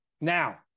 Now